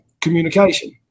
communication